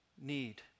need